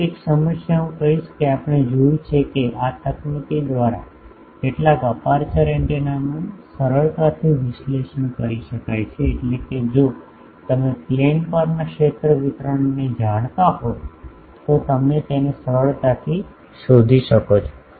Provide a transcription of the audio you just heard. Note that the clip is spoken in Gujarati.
પરંતુ એક સમસ્યા હું કહીશ કે આપણે જોયું છે કે આ તકનીકી દ્વારા કેટલાક અપેર્ચર એન્ટેનાનું સરળતાથી વિશ્લેષણ કરી શકાય છે એટલે કે જો તમે પ્લેન પરના ક્ષેત્ર વિતરણને જાણતા હોવ તો તમે તેને સરળતાથી શોધી શકો છો